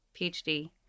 PhD